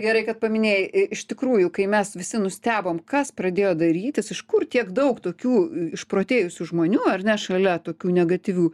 gerai kad paminėjai iš tikrųjų kai mes visi nustebom kas pradėjo darytis iš kur tiek daug tokių išprotėjusių žmonių ar ne šalia tokių negatyvių